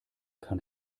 kann